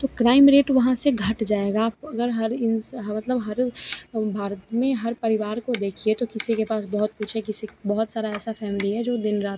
तो crime rate वहाँ से घट जाएगा आपको अगर हर इंस मतलब हर भारत में हर परिवार को देखिए तो किसी के पास बहुत कुछ है किसी क बहुत सारा ऐसा फॅमिली है जो दिन रात